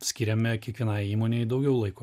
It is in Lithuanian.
skiriame kiekvienai įmonei daugiau laiko